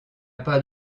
pas